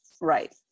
right